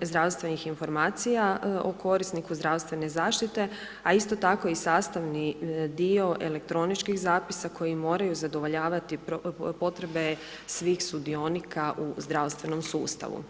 zdravstvenih informacija o korisniku zdravstvene zaštite, a isto tako i sastavni dio elektroničkih zapisa koji moraju zadovoljiti svih sudionika u zdravstvenom sustavu.